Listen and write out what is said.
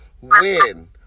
win